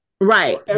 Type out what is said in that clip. right